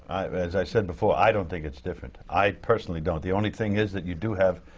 as i said before, i don't think it's different. i personally don't. the only thing is that you do have